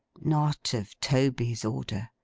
not of toby's order.